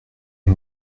est